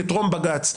כטרום בג"ץ,